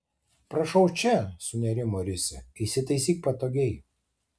prašau čia sunerimo risia įsitaisyk patogiai